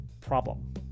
Problem